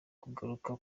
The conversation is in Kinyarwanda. kugaruka